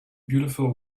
beautiful